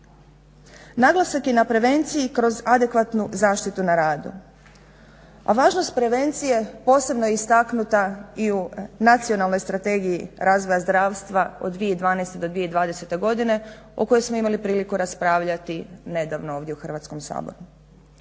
Naglasak je na prevenciji kroz adekvatnu zaštitu na radu, a važnost prevencije posebno je istaknuta i u Nacionalnoj strategiji razvoja zdravstva od 2012. do 2020. godine o kojoj smo imali priliku raspravljati nedavno ovdje u Hrvatskom saboru.